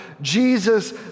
Jesus